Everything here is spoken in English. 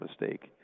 mistake